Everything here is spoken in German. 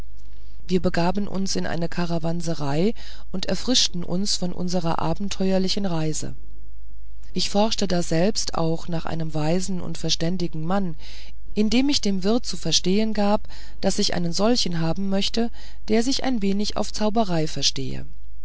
wir begaben uns in eine karawanserei und erfrischten uns von unserer abenteuerlichen reise ich forschte daselbst auch nach einem weisen und verständigen mann indem ich dem wirt zu verstehen gab daß ich einen solchen haben möchte der sich ein wenig auf zauberei verstehe